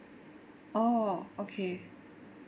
orh okay